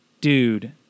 dude